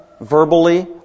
verbally